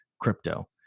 crypto